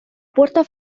puerta